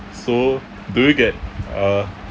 so do you get uh